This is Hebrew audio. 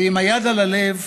ועם יד על הלב,